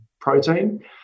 protein